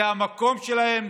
זה המקום שלהם.